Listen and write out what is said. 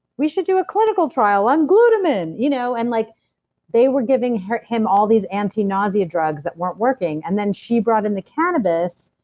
we should do a clinical trial on glutamine. you know and like they were giving him him all these anti-nausea drugs that weren't working, and then she brought in the cannabis,